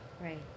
Right